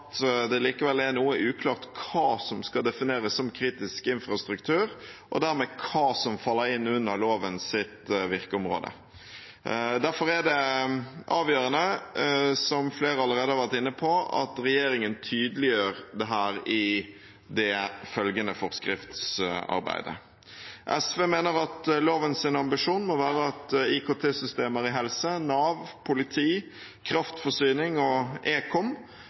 at det likevel er litt uklart hva som skal defineres som kritisk infrastruktur, og dermed hva som faller inn under lovens virkeområde. Derfor er det avgjørende, som flere allerede har vært inne på, at regjeringen tydeliggjør dette i det følgende forskriftsarbeidet. SV mener at lovens ambisjon må være at IKT-systemer i helse, Nav, politi, kraftforsyning og ekom